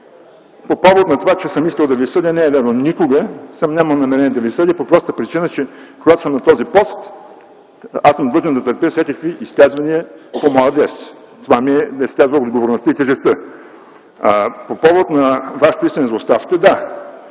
По повод на това, че съм искал да Ви съдя – не е вярно! Никога не съм имал намерение да Ви съдя по простата причина, че когато съм на този пост, аз съм длъжен да търпя всякакви изказвания по мой адрес. Това ми е, както се казва, отговорността и тежестта. По повод на Вашето искане за оставка – да!